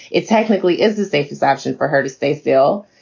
it technically is the safest option for her to stay still.